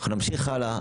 אנחנו נמשיך הלאה,